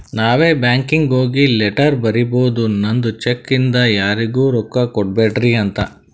ನಾವೇ ಬ್ಯಾಂಕೀಗಿ ಹೋಗಿ ಲೆಟರ್ ಬರಿಬೋದು ನಂದ್ ಚೆಕ್ ಇಂದ ಯಾರಿಗೂ ರೊಕ್ಕಾ ಕೊಡ್ಬ್ಯಾಡ್ರಿ ಅಂತ